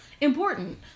important